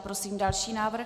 Prosím další návrh.